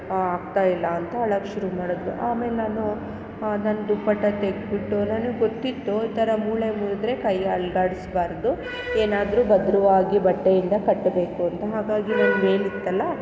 ಆಗ್ತಾ ಇಲ್ಲ ಅಂತ ಅಳೋಕೆ ಶುರು ಮಾಡಿದ್ಲು ಆಮೇಲೆ ನಾನೂ ನಂದು ದುಪ್ಪಟ ತೆಗ್ದು ಬಿಟ್ಟು ನನಗೆ ಗೊತ್ತಿತ್ತು ಈ ಥರ ಮೂಳೆ ಮುರಿದರೆ ಕೈ ಅಲುಗಾಡಿಸ್ಬಾರ್ದು ಏನಾದರೂ ಭದ್ರವಾಗಿ ಬಟ್ಟೆಯಿಂದ ಕಟ್ಟಬೇಕು ಅಂತ ಹಾಗಾಗಿ ನಾನು ವೇಲ್ ಇತ್ತಲ್ಲ